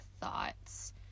thoughts